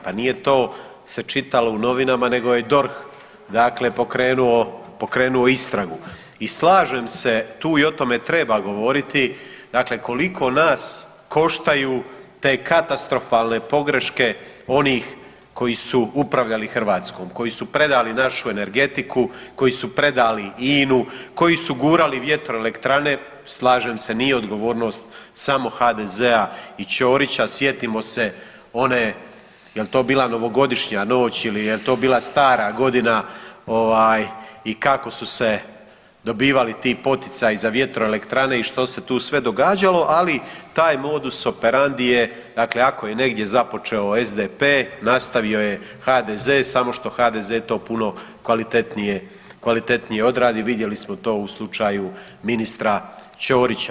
Pa nije to se čitalo u novinama nego je DORH dakle pokrenuo istragu i slažem se tu i o tome treba govoriti, dakle koliko nas koštaju te katastrofalne pogreške onih koji su upravljali Hrvatskom, koju su predali našu energetiku, koji su predali INA-u, koju su gurali vjetroelektrane, slažem se, nije odgovornost samo HDZ-a i Čorića, sjetim se one, jel to bila Novogodišnja noć ili je to bila Stara godina, i kako su se dobivali ti poticaji za vjetroelektrane i što se tu sve događali, ali taj modus operandi je, dakle ako je negdje započeo SDP, nastavio je HDZ, samo što HDZ to puno kvalitetnije odradi, vidjeli smo to u slučaju ministra Čorića.